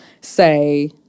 say